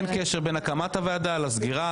אין קשר בין הקמת הוועדה לסגירה,